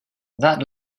that